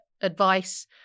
advice